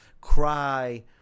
cry